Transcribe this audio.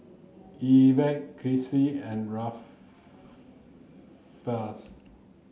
Evertt Kizzy and